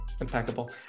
impeccable